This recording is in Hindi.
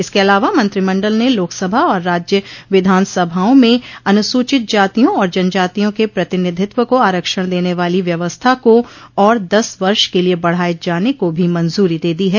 इसके अलावा मंत्रिमण्डल ने लोकसभा और राज्य विधानसभाओं में अनुसूचित जातियों और जनजातियों के प्रतिनिधित्व को आरक्षण देने वाली व्यवस्था को और दस वर्ष के लिए बढ़ाए जाने को भी मंजूरी दे दी है